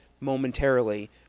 momentarily